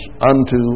unto